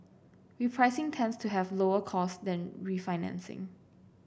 repricing tends to have lower costs than refinancing